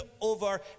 over